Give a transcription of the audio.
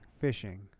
fishing